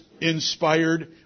inspired